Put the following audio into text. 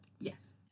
Yes